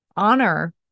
honor